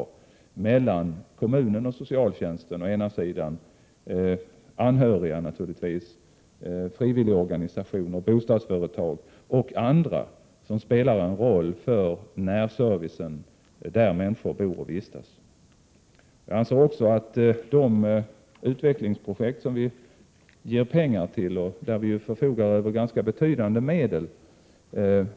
1987/88:113 mellan kommunen och socialtjänsten å ena sidan och å andra sidan anhöriga, 3 maj 1988 frivilligorganisationer, bostadsföretag och andra som spelar en roll för närservicen där människor bor och vistas. Jag anser också att de utvecklingsprojekt som vi ger pengar till och där vi förfogar över ganska betydande medel